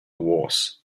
wars